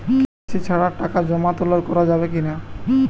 KYC ছাড়া টাকা জমা তোলা করা যাবে কি না?